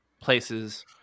places